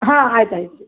ಹಾಂ ಆಯ್ತು ಆಯ್ತು ರೀ